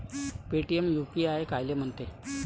Paytm UPI कायले म्हनते?